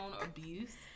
abuse